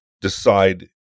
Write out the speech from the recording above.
decide